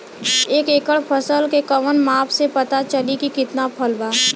एक एकड़ फसल के कवन माप से पता चली की कितना फल बा?